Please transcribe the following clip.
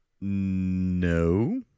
No